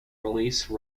release